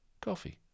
coffee